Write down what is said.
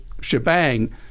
shebang